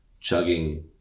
chugging